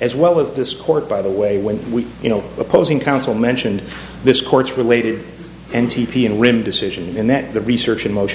as well as this court by the way when we you know opposing counsel mentioned this court's related and t p and rim decision in that the research in motion